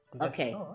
Okay